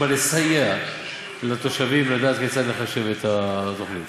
שבא לסייע לתושבים לדעת כיצד לחשב את התוכנית.